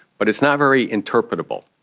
but it's not very interpretable.